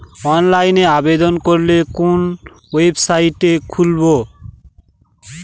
অনলাইনে আবেদন করলে কোন ওয়েবসাইট খুলব?